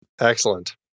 Excellent